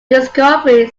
discovery